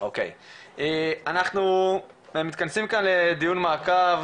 אנחנו מתכנסים כאן לדיון מעקב,